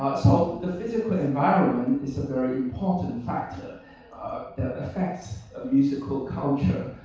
so the physical environment is a very important factor that affects musical culture.